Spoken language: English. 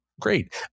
great